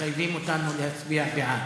מחייבים אותנו להצביע בעד.